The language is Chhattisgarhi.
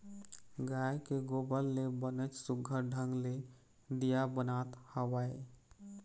गाय के गोबर ले बनेच सुग्घर ढंग ले दीया बनात हवय